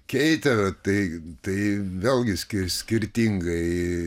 keitė tai tai vėlgi skiriasi skirtingai